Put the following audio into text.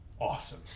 awesome